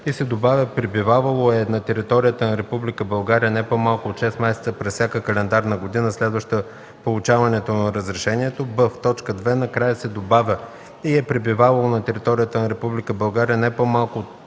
и се добавя „пребивавало е на територията на Република България не по-малко от 6 месеца през всяка календарна година, следваща получаването на разрешението”. б) в т. 2 накрая се добавя „и е пребивавало на територията на Република България не по-малко от 6 месеца